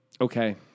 Okay